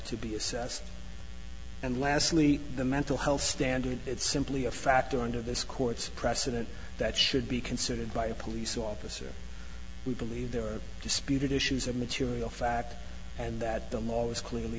to be assessed and lastly the mental health standard it's simply a fact under this court's precedent that should be considered by a police officer we believe there are disputed issues of material fact and that the law was clearly